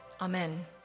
Amen